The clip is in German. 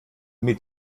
mit